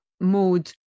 mode